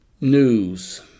News